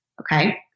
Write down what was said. Okay